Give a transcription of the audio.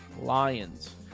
Lions